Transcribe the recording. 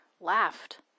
laughed